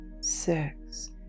six